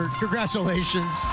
congratulations